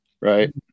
right